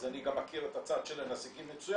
אז אני גם מכיר את הצד של הנזקים מצוין,